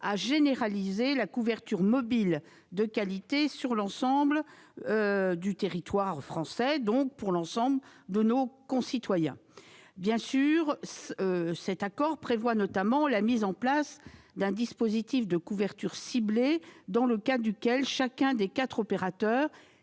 à généraliser la couverture mobile de qualité sur l'ensemble du territoire français, donc pour l'ensemble de nos concitoyens. Cet accord prévoit notamment la mise en place d'un dispositif de couverture ciblée, dans le cadre duquel chacun des quatre opérateurs